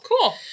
cool